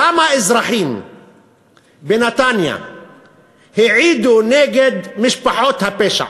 כמה אזרחים בנתניה העידו נגד משפחות הפשע?